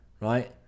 right